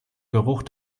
geruch